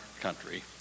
country